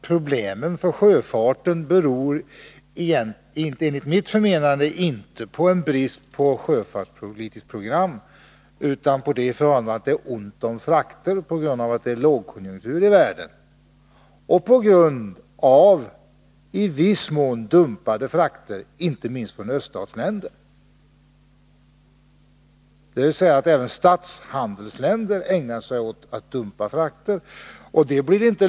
Problemen för sjöfarten beror enligt mitt förmenande inte på brist på sjöfartspolitiskt program, utan på det förhållandet att det är ont om frakter på grund av att det är lågkonjunktur i världen, och i viss mån på grund av dumpade frakter, inte minst från öststatsländer. Även statshandelsländer ägnar sig alltså åt att dumpa frakterna.